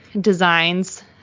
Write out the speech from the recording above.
designs